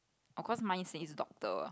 oh cause mine says is doctor